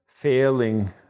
failing